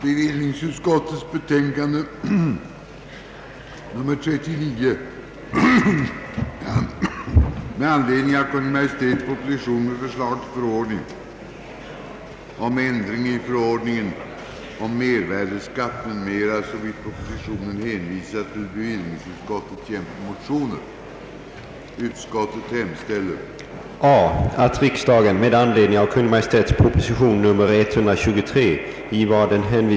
Herr talman! Jag vill bara till kammarens protokoll få anteckna den tacksamhet som jag känner för de avslöjanden om de moderatas framtida skolpolitik som herr Wallmark har gjort i dag. i den mån de icke kunde anses besvarade genom vad utskottet i betänkandet anfört.